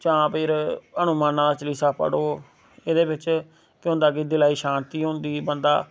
जां फिर हनुमाना दा चलीसा पढ़ो एह्दे बिच केह् होंदा भाई दिला गी शांति होंदी बंदा